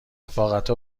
رفاقتا